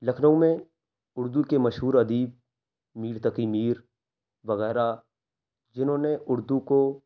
لكھنؤ میں اردو كے مہشور ادیب میر تقی میر وغیرہ جنہوں نے اردو کو